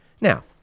Now